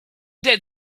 dead